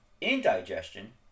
indigestion